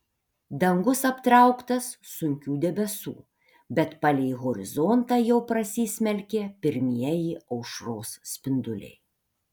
dangus aptrauktas sunkių debesų bet palei horizontą jau prasismelkė pirmieji aušros spinduliai